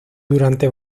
durante